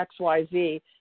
XYZ